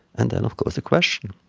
and then, of course, the question